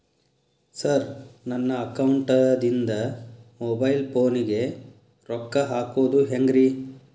Sir ನನ್ನ ಅಕೌಂಟದಿಂದ mobile ಫೋನಿಗೆ ರೊಕ್ಕ ಹಾಕೋದು ಹೆಂಗ್ರಿ?